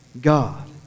God